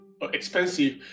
expensive